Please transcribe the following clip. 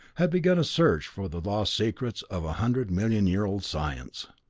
had begun a search for the lost secrets of a hundred-million-year-old science.